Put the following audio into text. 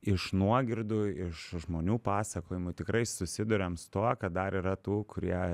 iš nuogirdų iš žmonių pasakojimų tikrai susiduriam su tuo kad dar yra tų kurie